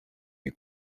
you